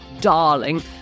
darling